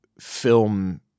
film